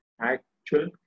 actual